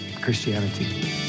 Christianity